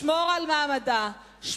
שמור על מעמדה של הכנסת,